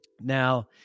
Now